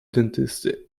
dentysty